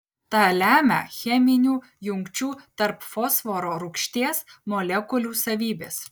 tą lemia cheminių jungčių tarp fosforo rūgšties molekulių savybės